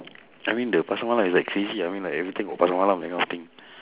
I mean the pasar malam is like crazy ah I mean like everything got pasar malam that kind of thing